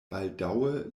baldaŭe